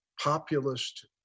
populist